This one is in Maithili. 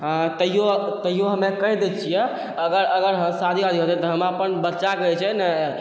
आओर तैओ हमे कहि दै छिए अगर हमर शादी वादी होतै तऽ हमे अपन बच्चाके छै ने